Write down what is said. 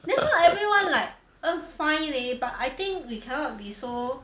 then now everyone like uh fine leh but I think we cannot be so